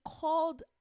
called